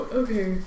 okay